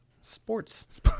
sports